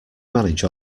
manage